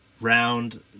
round